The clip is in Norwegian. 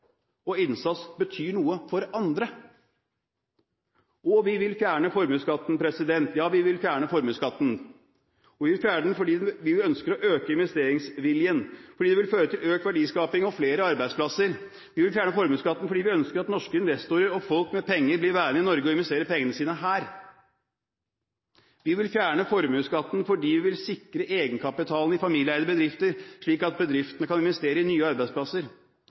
og innsats betyr noe for andre. Ja, vi vil fjerne formuesskatten. Vi vil fjerne den fordi vi ønsker å øke investeringsviljen. Det vil føre til økt verdiskaping og flere arbeidsplasser. Vi vil fjerne formuesskatten fordi vi ønsker at norske investorer og folk med penger blir værende i Norge og investerer pengene sine her. Vi vil fjerne formuesskatten fordi vi vil sikre egenkapitalen i familieeide bedrifter, slik at bedriftene kan investere i nye arbeidsplasser.